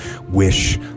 wish